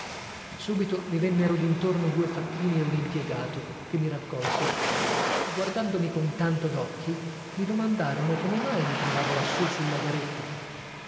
subito mi vennero d'intorno due facchini e un impiegato che mi raccolsero e guardandomi con tanto d'occhi mi domandarono come mai mi trovavo lassù sulla garetta